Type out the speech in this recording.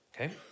okay